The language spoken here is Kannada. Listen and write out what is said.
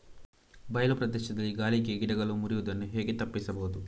ಬಯಲು ಪ್ರದೇಶದಲ್ಲಿ ಗಾಳಿಗೆ ಗಿಡಗಳು ಮುರಿಯುದನ್ನು ಹೇಗೆ ತಪ್ಪಿಸಬಹುದು?